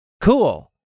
cool